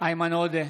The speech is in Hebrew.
איימן עודה,